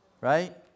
Right